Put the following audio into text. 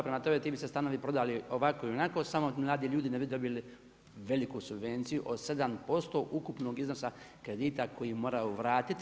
Prema tome, ti bi se stanovi prodali i ovako i onako samo mladi ljudi ne bi dobili veliku subvenciju od 7% ukupnog iznosa kredita koji moraju vratiti